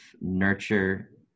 nurture